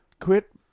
Quit